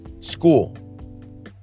school